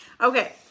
Okay